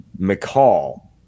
McCall